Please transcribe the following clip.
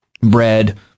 bread